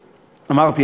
אמרתי,